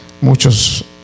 muchos